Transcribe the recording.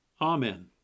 Amen